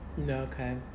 Okay